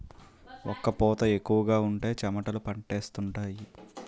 ఒక్క పూత ఎక్కువగా ఉంటే చెమటలు పట్టేస్తుంటాయి